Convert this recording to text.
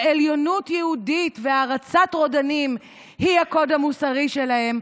שעליונות יהודית והערצת רודנים היא הקוד המוסרי שלהם,